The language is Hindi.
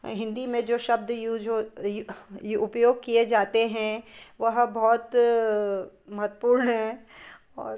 हिंदी में जो शब्द यूज हो उपयोग किए जाते हैं वह बहुत महत्वपूर्ण हैं और